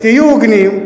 אז תהיו הוגנים,